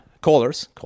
Callers